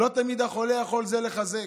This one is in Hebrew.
לא תמיד החולה יכול לחזק,